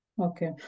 Okay